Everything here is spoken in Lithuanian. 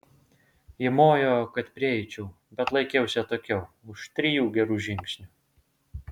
ji mojo kad prieičiau bet laikiausi atokiau už trijų gerų žingsnių